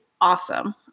awesome